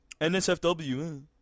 NSFW